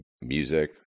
music